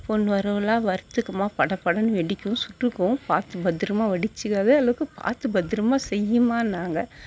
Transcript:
பொன் வறுவலாக வறுத்துக்கமா படபடன்னு வெடிக்கும் சுட்டுக்கும் பார்த்து பத்திரமா வெடிச்சிக்காத அளவுக்கு பார்த்து பத்திரமா செய்யுமான்னாங்க